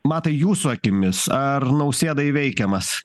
matai jūsų akimis ar nausėda įveikiamas